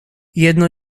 jedno